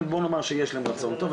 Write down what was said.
בוא נאמר שיש להם רצון טוב,